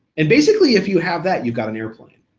and basically if you have that, you've got an airplane.